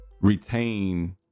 retain